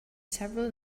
several